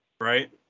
right